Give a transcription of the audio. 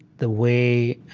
the way